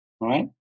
right